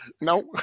No